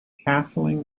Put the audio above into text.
castling